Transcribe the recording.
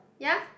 ya